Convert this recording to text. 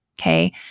okay